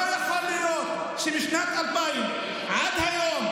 לא יכול להיות שמשנת 2000 עד היום,